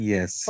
Yes